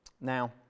Now